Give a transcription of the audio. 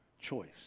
choice